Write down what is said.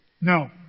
No